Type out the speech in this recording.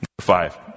Five